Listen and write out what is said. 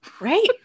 Right